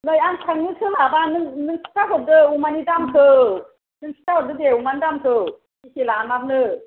नै आं थांनो सोलाबा नों नों खिन्थाहरदो अमानि दामखौ नों खिथा हरदो दे अमानि दामखौ बेसे लामारनो